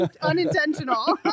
unintentional